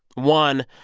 one,